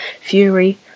Fury